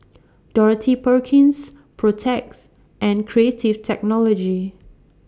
Dorothy Perkins Protex and Creative Technology